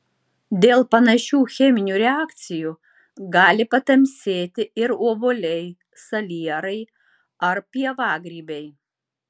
dėl panašių cheminių reakcijų gali patamsėti ir obuoliai salierai ar pievagrybiai